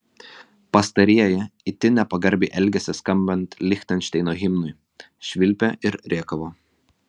pastarieji itin nepagarbiai elgėsi skambant lichtenšteino himnui švilpė ir rėkavo